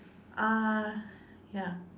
uh ya